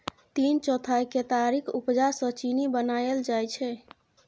तीन चौथाई केतारीक उपजा सँ चीन्नी बनाएल जाइ छै